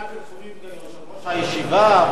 לפי הפרסומים של יושב-ראש הישיבה,